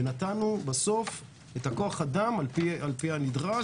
ונתנו בסוף את כוח האדם על פי הנדרש.